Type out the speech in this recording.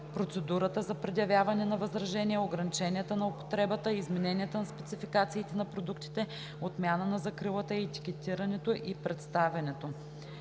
процедурата за предявяване на възражения, ограниченията на употребата, измененията на спецификациите на продуктите, отмяната на закрилата и етикетирането и представянето